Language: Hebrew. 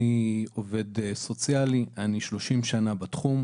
אני עובד סוציאלי 30 שנה בתחום.